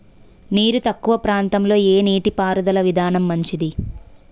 నీరు తక్కువ ప్రాంతంలో ఏ నీటిపారుదల విధానం మంచిది?